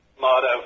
motto